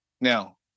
now